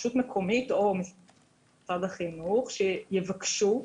רשות מקומית או משרד החינוך, שיבקש,